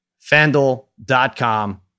FanDuel.com